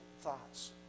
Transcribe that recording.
thoughts